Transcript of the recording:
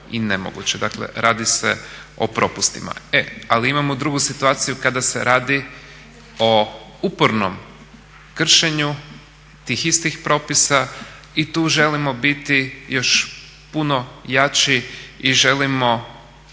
i nemoguće, dakle radi se o propustima. E, ali imamo drugu situaciju kada se radi o upornom kršenju tih istih propisa i tu želimo biti još puno jači i želimo